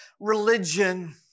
religion